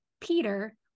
peter